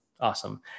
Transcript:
Awesome